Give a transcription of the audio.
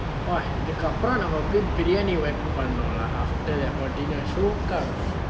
!wah! இதுக்கு அப்ரம் நம்ப போய்:ithukku apram nambe poi biryani wet பண்ணணும்லா:pannanumla after for dinner syok ah இருக்கும்:irukkum